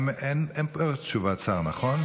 אין תשובת שר, נכון?